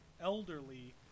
elderly